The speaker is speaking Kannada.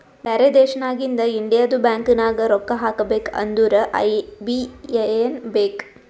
ಬ್ಯಾರೆ ದೇಶನಾಗಿಂದ್ ಇಂಡಿಯದು ಬ್ಯಾಂಕ್ ನಾಗ್ ರೊಕ್ಕಾ ಹಾಕಬೇಕ್ ಅಂದುರ್ ಐ.ಬಿ.ಎ.ಎನ್ ಬೇಕ್